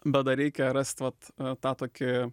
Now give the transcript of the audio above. bet dar reikia rast vat tą tokį